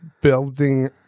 building